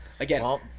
Again